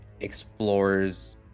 explores